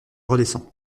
redescend